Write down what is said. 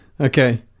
Okay